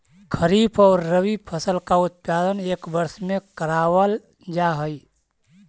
खरीफ और रबी फसल का उत्पादन एक वर्ष में करावाल जा हई